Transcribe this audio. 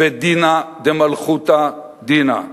ודינא דמלכותא דינא.